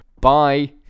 bye